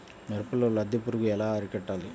మిరపలో లద్దె పురుగు ఎలా అరికట్టాలి?